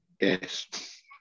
Yes